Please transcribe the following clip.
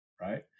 Right